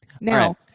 now